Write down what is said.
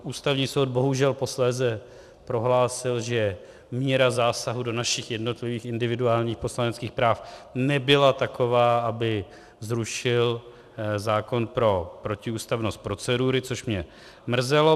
Ústavní soud bohužel posléze prohlásil, že míra zásahu do našich jednotlivých individuálních poslaneckých práv nebyla taková, aby zrušil zákon pro protiústavnost procedury, což mě mrzelo.